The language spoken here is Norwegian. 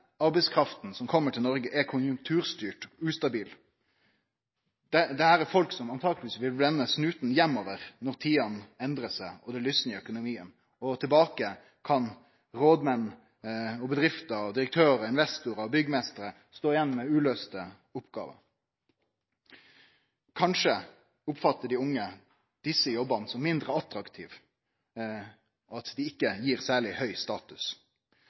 arbeidskrafta som kjem til Noreg, er konjunkturstyrt og ustabil. Dette er folk som antakeleg vil vende snuten heimover når tidene endrar seg og det lysnar i økonomien. Tilbake kan rådmenn, bedrifter, direktørar, investorar og byggmeistrar stå igjen med uløyste oppgåver. Kanskje oppfattar dei unge desse jobbane som mindre attraktive, og at dei ikkje gjev særleg høg status.